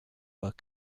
were